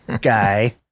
guy